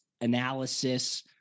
analysis